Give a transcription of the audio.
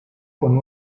con